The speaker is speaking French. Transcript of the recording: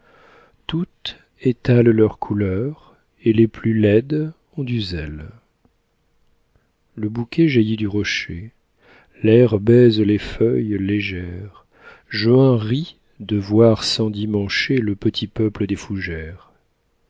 toutes étalent leurs couleurs et les plus laides ont du zèle le bouquet jaillit du rocher l'air baise les feuilles légères juin rit de voir s'endimancher le petit peuple des fougères